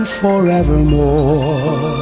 forevermore